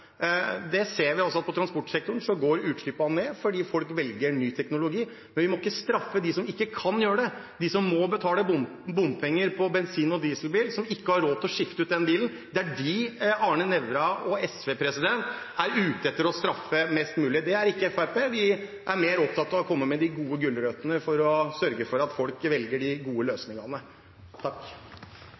at i transportsektoren går utslippene ned fordi folk velger ny teknologi. Men vi må ikke straffe dem som ikke kan gjøre det, de som må betale bompenger for bensin- og dieselbil, og som ikke har råd til å skifte ut den bilen. Det er dem Arne Nævra og SV er ute etter å straffe mest mulig. Det er ikke Fremskrittspartiet. Vi er mer opptatt av å komme med de gode gulrøttene for å sørge for at folk velger de gode løsningene.